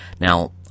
Now